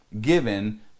given